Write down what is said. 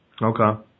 okay